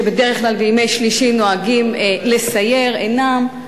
שבדרך כלל בימי שלישי נוהגים לסייר, אינם.